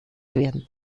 werden